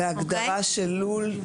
בהגדרה של לול,